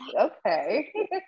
Okay